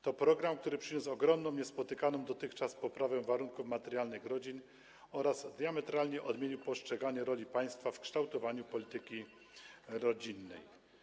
To program, który przyniósł ogromną, niespotykaną dotychczas poprawę warunków materialnych rodzin oraz diametralnie odmienił postrzeganie roli państwa w kształtowaniu polityki rodzinnej.